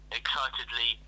excitedly